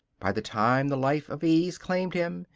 by the time the life of ease claimed him,